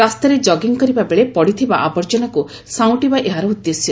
ରାସ୍ତାରେ ଜଗିଙ୍ଗ୍ କରିବା ବେଳେ ପଡ଼ିଥିବା ଆବର୍ଜନାକୁ ସାଉଁଟିବା ଏହାର ଉଦ୍ଦେଶ୍ୟ